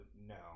No